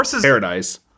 paradise